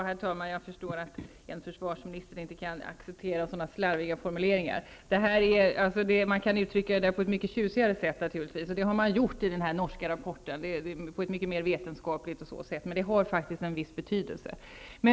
Herr talman! Jag förstår att en försvarsminister inte kan acceptera sådana slarviga formuleringar som ''gasa mer eller mindre''. Man kan naturligtvis uttrycka det på ett mycket mer vetenskapligt och tjusigt sätt, och det har man gjort i den norska rapporten -- detta har faktiskt en viss betydelse.